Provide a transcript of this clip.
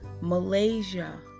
Malaysia